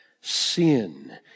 sin